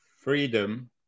freedom